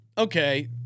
Okay